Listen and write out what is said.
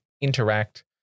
interact